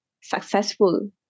successful